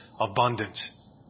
abundance